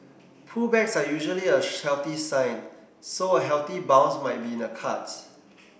pullbacks are usually a healthy sign so a healthy bounce might be in the cards